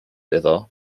iddo